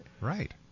Right